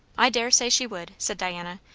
i daresay she would, said diana,